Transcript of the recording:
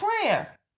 prayer